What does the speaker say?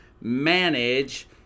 manage